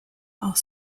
are